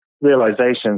realizations